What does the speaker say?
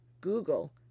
Google